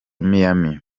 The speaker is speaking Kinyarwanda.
miami